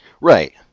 right